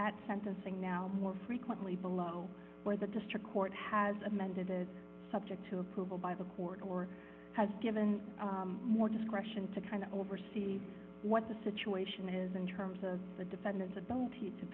at sentencing now more frequently below where the district court has amended it subject to approval by the court or has given more discretion to kind of oversee what the situation is in terms of the defendant's a